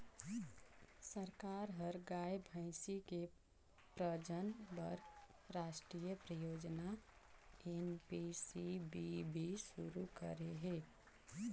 सरकार ह गाय, भइसी के प्रजनन बर रास्टीय परियोजना एन.पी.सी.बी.बी सुरू करे हे